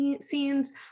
scenes